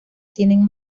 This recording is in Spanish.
tienen